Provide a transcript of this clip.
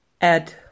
add